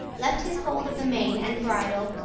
left his hold of the mane and bridle,